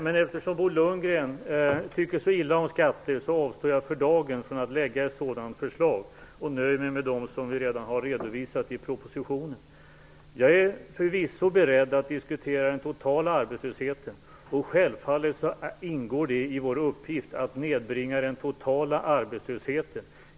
Men eftersom Bo Lundgren tycker så illa om skatter avstår jag för dagen från att lägga fram ett sådant förslag, och nöjer mig med dem som vi redan har redovisat i propositionen. Jag är förvisso beredd att diskutera den totala arbetslösheten. Självfallet ingår det i regeringens uppgift att nedbringa den totala arbetslösheten.